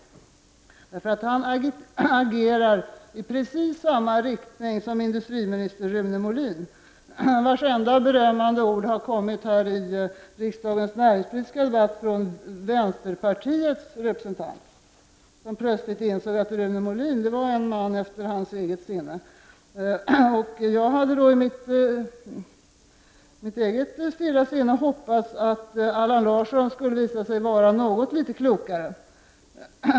Han agerar i precis samma riktning som industriminister Rune Molin, som fått sitt enda berömmande ord i riksdagens näringspolitiska debatt från vänsterpartiets representant. Denne insåg plötsligt att Rune Molin var en man efter hans eget sinne. Jag hade i mitt eget stilla sinne hoppats att Allan Larsson skulle visa sig vara något klokare.